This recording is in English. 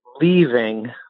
leaving